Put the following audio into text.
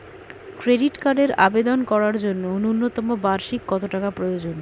Credit কার্ডের আবেদন করার জন্য ন্যূনতম বার্ষিক কত টাকা প্রয়োজন?